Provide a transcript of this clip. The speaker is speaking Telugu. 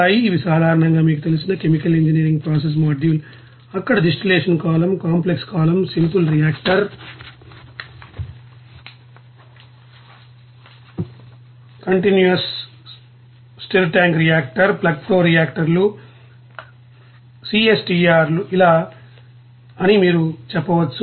ఇవి సాధారణంగా మీకు తెలిసిన కెమికల్ ఇంజనీరింగ్ ప్రాసెస్ మాడ్యూల్ అక్కడ distillation column complex column simple reactor continuous stirred tank reactor plug flow రియాక్టర్లు సిఎస్టిఆర్ ఇలా అని మీరు చెప్పవచ్చు